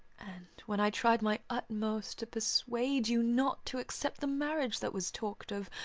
and, when i tried my utmost to persuade you not to accept the marriage that was talked of,